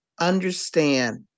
understand